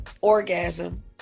orgasm